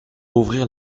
ouvrir